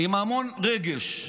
עם המון רגש,